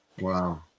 wow